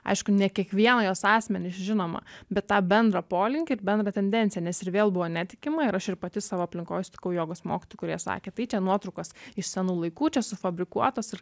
aišku ne kiekvieną jos asmenį žinoma bet tą bendrą polinkį bendrą tendenciją nes ir vėl buvo netikima ir aš ir pati savo aplinkoj sutikau jogos mokytojų kurie sakė tai čia nuotraukos iš senų laikų čia sufabrikuotas ir